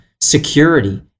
security